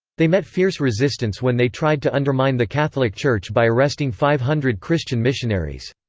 they met fierce resistance when they tried to undermine the catholic church by arresting five hundred christian missionaries.